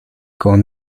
con